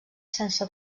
sense